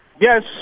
Yes